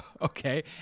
Okay